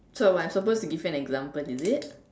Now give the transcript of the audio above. so what I'm suppose to give you an example is it